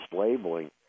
labeling